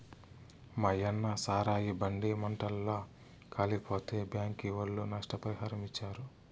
మాయన్న సారాయి బండి మంటల్ల కాలిపోతే బ్యాంకీ ఒళ్ళు నష్టపరిహారమిచ్చారు